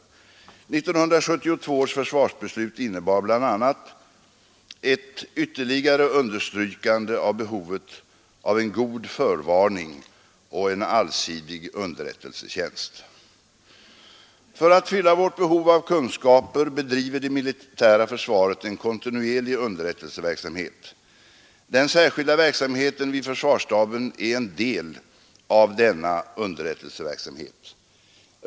1972 års Verksamhet försvarsbeslut innebar bl.a. ett ytterligare understrykande av behovet av en god förvarning och en allsidig underrättelsetjänst. För att fylla vårt behov av kunskaper bedriver det militära försvaret en kontinuerlig underrättelseverksamhet. Den särskilda verksamheten vid försvarsstaben är en del av denna underrättelseverksamhet.